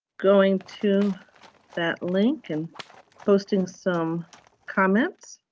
going to that link and posting some comments.